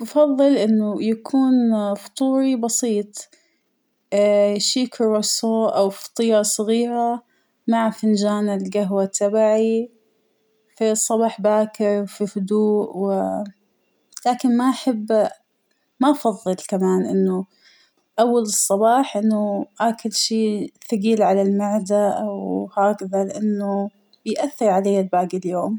أفضل انه يكون فطورى بسيط ، ااا- شى كرواسوا أو فطيرة صغيرة مع فنجان القهوة تبعى ، فى الصباح باكر فى هدوء ، واا-لكن ما أحب ما أفظل كمان أنه أول الصباح أنه أكل شى ثقيل على المعدة أو هكذا ، لأنه بيأثر على لباقى اليوم.